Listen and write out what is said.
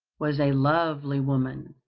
was a lovely woman,